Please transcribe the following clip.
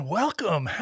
welcome